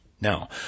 Now